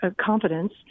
confidence